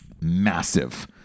massive